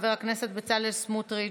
חבר הכנסת בצלאל סמוטריץ'